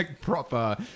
proper